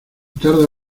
tarda